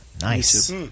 Nice